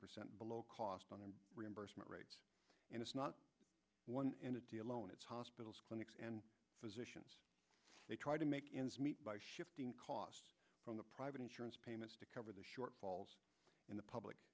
percent below cost on the reimbursement rates and it's not one loan it's hospitals clinics and physicians they try to make ends meet by shifting costs from the private insurance payments to cover the shortfalls in the public